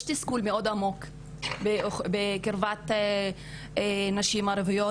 תסכול מאוד עמוק בקרב נשים ערביות,